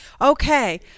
Okay